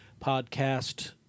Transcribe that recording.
podcast